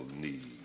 need